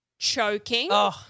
choking